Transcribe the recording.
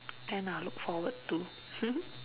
can ah look forward to